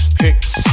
pics